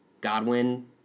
Godwin